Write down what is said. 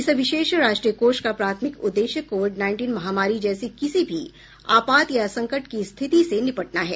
इस विशेष राष्ट्रीय कोष का प्राथमिक उद्देश्य कोविड नाईनटीन महामारी जैसी किसी भी आपात या संकट की स्थिति से निपटना है